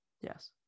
Yes